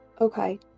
okay